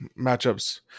matchups